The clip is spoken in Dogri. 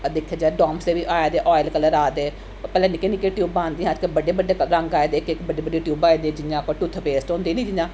दिक्खेआ जाए डाम्स दे बी आए दे आयल कलर आ दे पैह्लें निक्के निक्के ट्यूबां औंदियां हियां अजकल्ल बड्डे बड्डे रंग आए दे इक इक बड्डी ट्यूबां आई दियां जि'यां आखो टुथ पेस्ट होंदी निं जि'यां